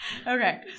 Okay